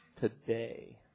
today